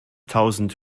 tausend